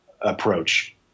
approach